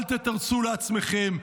אל תתרצו לעצמכם.